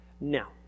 Now